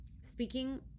speaking